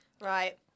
Right